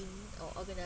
or organised